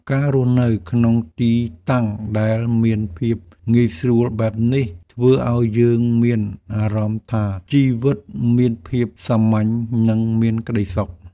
ការរស់នៅក្នុងទីតាំងដែលមានភាពងាយស្រួលបែបនេះ ធ្វើឱ្យយើងមានអារម្មណ៍ថាជីវិតមានភាពសាមញ្ញនិងមានក្តីសុខ។